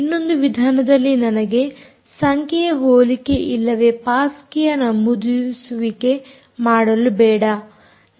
ಇನ್ನೊಂದು ವಿಧಾನದಲ್ಲಿ ನನಗೆ ಸಂಖ್ಯೆಯ ಹೋಲಿಕೆ ಇಲ್ಲವೇ ಪಾಸ್ ಕೀಯ ನಮೂದಿಸುವಿಕೆ ಮಾಡಲು ಬೇಡ